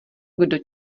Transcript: kdo